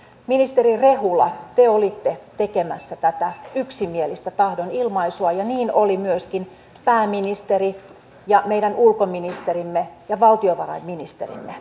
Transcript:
ministeri rehula te olitte tekemässä tätä yksimielistä tahdonilmaisua ja niin oli myöskin pääministeri ja meidän ulkoministerimme ja valtiovarainministerimme